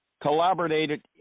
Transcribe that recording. collaborated